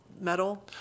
metal